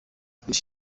christ